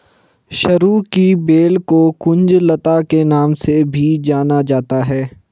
सरू की बेल को कुंज लता के नाम से भी जाना जाता है